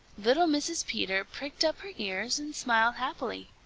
little mrs. peter pricked up her ears and smiled happily.